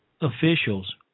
officials